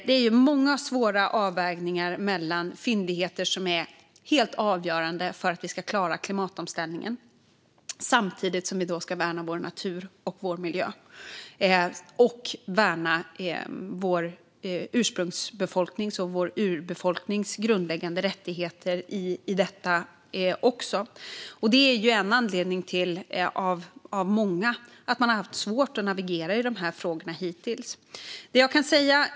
Det är många svåra avvägningar som ska göras mellan fyndigheter som är helt avgörande för att vi ska klara klimatomställningen och att värna vår natur och vår miljö samt vår urbefolknings grundläggande rättigheter. Det är en av många anledningar till att man haft svårt att navigera i frågorna hittills.